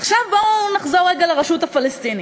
עכשיו, בואו נחזור רגע לרשות הפלסטינית.